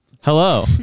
Hello